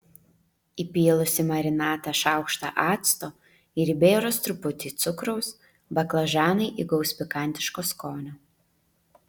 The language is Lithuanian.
įpylus į marinatą šaukštą acto ir įbėrus truputį cukraus baklažanai įgaus pikantiško skonio